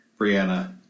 Brianna